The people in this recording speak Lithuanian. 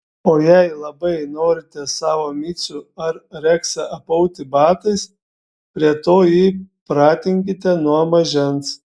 o jei labai norite savo micių ar reksą apauti batais prie to jį pratinkite nuo mažens